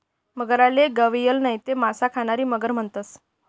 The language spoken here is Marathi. मगरले गविअल नैते मासा खानारी मगर म्हणतंस